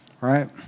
right